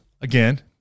again